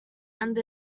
under